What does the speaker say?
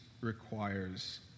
requires